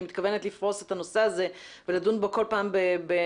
מתכוונת לפרוס את הנושא הזה ולדון בו כל פעם בפירוט.